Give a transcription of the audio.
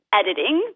editing